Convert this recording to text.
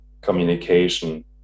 communication